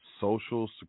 Social